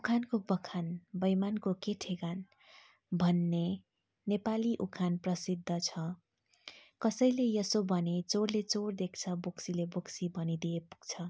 उखानको बखान बैमानको के ठेगान भन्ने नेपाली उखान प्रसिद्ध छ कसैले यसो भने चोरले चोर देख्छ बोक्सीले बोक्सी भनिदिए पुग्छ